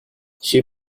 she